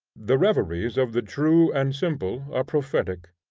the reveries of the true and simple are prophetic.